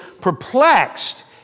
perplexed